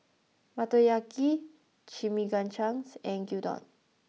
Motoyaki Chimichangas and Gyudon